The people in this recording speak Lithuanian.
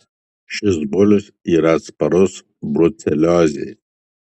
šis bulius yra atsparus bruceliozei